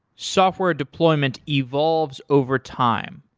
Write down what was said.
software deployment evolves overtime.